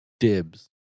Dibs